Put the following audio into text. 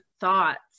thoughts